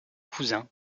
cousin